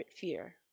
fear